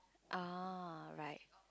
uh right